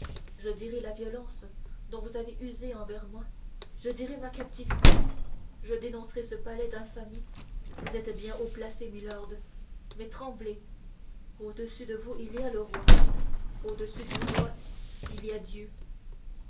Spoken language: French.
je dirai la violence dont vous avez usé envers moi je dirai ma captivité je dénoncerai ce palais d'infamie vous êtes bien haut placé milord mais tremblez au-dessus de vous il y a le roi au-dessus du roi il y a dieu